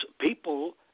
people